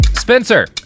Spencer